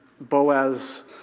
Boaz